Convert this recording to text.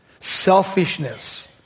selfishness